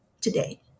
today